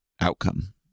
outcome